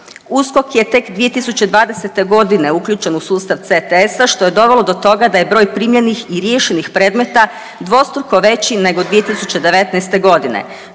USKOK je tek 2020. g. uključen u sustav CTS-a što je dovelo do toga da je broj primljenih i riješenih predmeta dvostruko veći nego 2019. g.